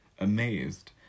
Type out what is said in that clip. amazed